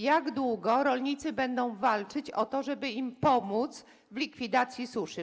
Jak długo rolnicy będą walczyć o to, żeby im pomóc w likwidacji suszy?